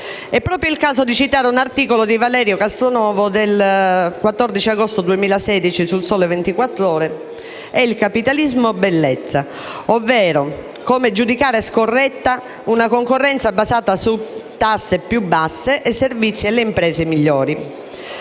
È proprio il caso di citare un articolo di Valerio Castronovo del 14 agosto 2016 su «Il Sole 24 Ore», dal titolo «È il capitalismo, bellezza», ovvero come giudicare scorretta una concorrenza basata su tasse più basse e servizi alle imprese migliori.